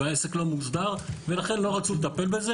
והעסק לא מוסדר ולכן לא רצו לטפל בזה.